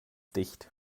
dicht